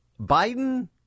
Biden